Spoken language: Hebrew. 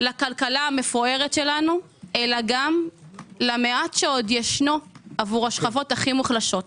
לכלכלה המפוארת שלנו אלא גם למעט שעוד יש עבור השכבות הכי מוחלשות.